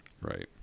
Right